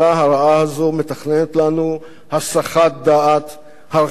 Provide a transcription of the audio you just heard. מתכננת לנו הסחת דעת הרחק מגבולות ישראל.